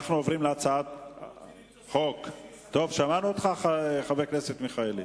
טוב, שמענו אותך, חבר הכנסת מיכאלי.